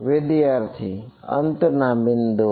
વિદ્યાર્થી અંતના બિંદુઓ